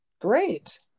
Great